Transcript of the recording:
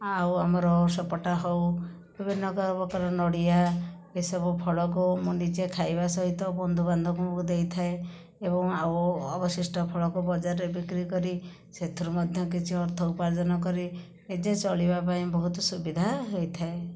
ଆଉ ଆମର ସପେଟା ହେଉ ବିଭିନ୍ନ ପ୍ରକାରର ନଡ଼ିଆ ଏସବୁ ଫଳକୁ ମୁଁ ନିଜେ ଖାଇବା ସହିତ ବନ୍ଧୁବାନ୍ଧବଙ୍କୁ ଦେଇଥାଏ ଏବଂ ଆଉ ଅବଶିଷ୍ଟ ଫଳକୁ ବଜାରରେ ବିକ୍ରି କରି ସେଥିରୁ ମଧ୍ୟ କିଛି ଅର୍ଥ ଉପାର୍ଜନ କରି ନିଜେ ଚଳିବା ପାଇଁ ବହୁତ ସୁବିଧା ହୋଇଥାଏ